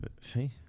see